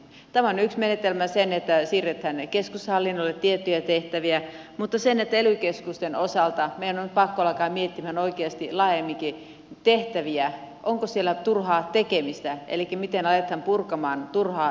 tämä on yksi menetelmä se että siirretään keskushallinnolle tiettyjä tehtäviä mutta ely keskusten osalta meidän on pakko alkaa miettimään oikeasti laajemminkin tehtäviä ja sitä onko siellä turhaa tekemistä elikkä miten aletaan purkamaan turhaa tekemistä